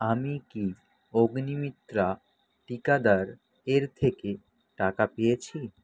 আমি কি অগ্নিমিত্রা টিকাদারের থেকে টাকা পেয়েছি